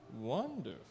Wonderful